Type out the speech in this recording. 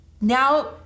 now